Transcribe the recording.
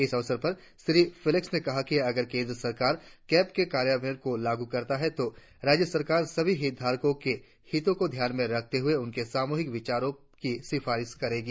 इस अवसर पर श्री फेलिक्स ने कहा कि अगर केंद्र सरकार कैब के कार्यान्वयन को लागू करता है तो राज्य सरकार सभी हितधारको के हितों को ध्यान में रखते हुए उनके सामुहिक विचारों की सिफारिश करेगी